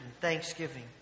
thanksgiving